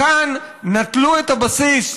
כאן נטלו את הבסיס,